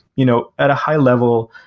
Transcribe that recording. you know at a high level,